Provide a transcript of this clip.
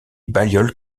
balliol